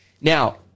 Now